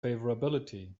favorability